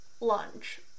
Lunge